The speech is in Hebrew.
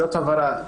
זאת הבהרה.